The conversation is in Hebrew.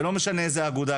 ולא משנה איזו אגודה,